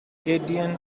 andean